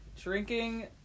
Drinking